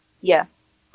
Yes